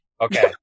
Okay